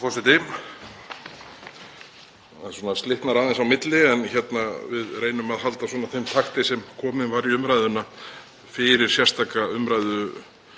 Það slitnar aðeins á milli en við reynum að halda þeim takti sem kominn var í umræðuna fyrir sérstaka umræðu